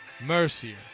mercier